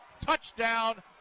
Touchdown